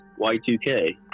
Y2K